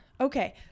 Okay